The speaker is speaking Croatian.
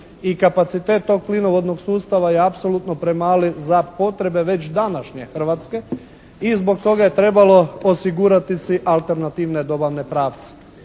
kapacitet tog plinovodnog sustava je apsolutno premali za potrebe već današnje Hrvatske i zbog toga je trebalo osigurati si alternativne dobavne pravce.